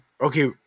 okay